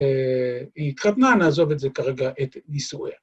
‫היא התחתנה, נעזוב את זה כרגע את ישראל.